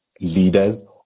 leaders